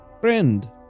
friend